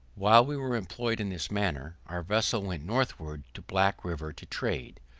while we were employed in this manner, our vessel went northward to black river to trade.